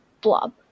blob